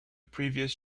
previous